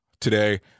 today